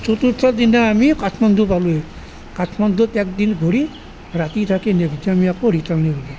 চতুৰ্থ দিনা আমি কাঠমাণ্ডু পালোঁহি কাঠমাণ্ডুত একদিন ঘূৰি ৰাতি থাকি নেক্স ডে আমি আকৌ ৰিটাৰ্ণেই হ'লোঁ